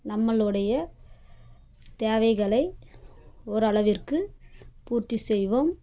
நம்மளுடைய தேவைகளை ஓரளவிற்கு பூர்த்தி செய்வும்